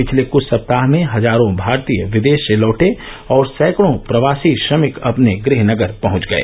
पिछले कुछ सप्ताह में हजारों भारतीय विदेश से लौटे और सैकड़ों प्रवासी श्रमिक अपने गुह नगर पहंच गए